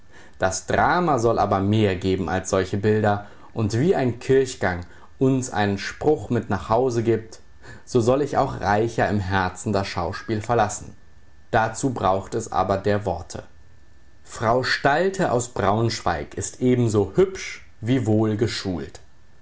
das drama soll aber mehr geben als solche bilder und wie ein kirchgang uns einen spruch mit nach haus gibt so soll ich auch reicher im herzen das schauspiel verlassen dazu braucht es aber der worte frau stalte aus braunschweig ist ebenso hübsch wie